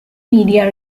media